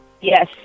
Yes